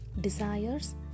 desires